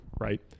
right